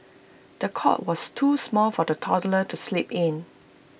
the cot was too small for the toddler to sleep in